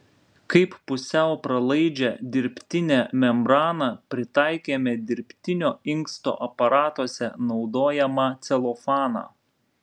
kaip pusiau pralaidžią dirbtinę membraną pritaikėme dirbtinio inksto aparatuose naudojamą celofaną